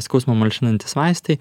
skausmą malšinantys vaistai